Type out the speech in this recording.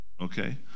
Okay